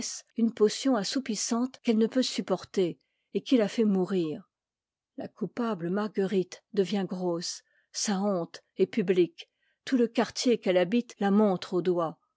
une potion assoupissante qu'elle ne peut supporter et qui la fait mourir la coupable marguerite devient grosse sa honte est publique tout le quartier qu'elle habite la montre au doigt